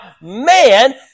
man